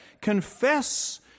Confess